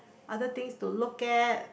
other things to look at